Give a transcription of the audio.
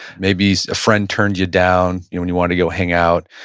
maybe a friend turned you down when you wanted to go hang out.